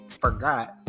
forgot